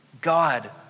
God